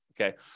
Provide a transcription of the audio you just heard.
Okay